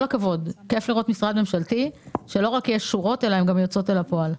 כיף לראות משרד ממשלתי שהשורות יוצאות בו אל הפועל.